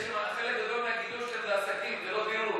חלק גדול מהגידול שלה זה עסקים, זה לא דיור.